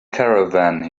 caravan